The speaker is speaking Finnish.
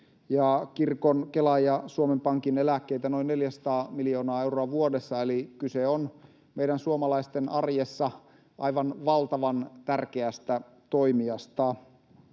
kirkon, Kelan ja Suomen Pankin eläkkeitä noin 400 miljoonaa euroa vuodessa, eli kyse on meidän suomalaisten arjessa aivan valtavan tärkeästä toimijasta.